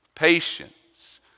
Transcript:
patience